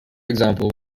example